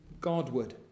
Godward